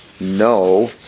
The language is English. no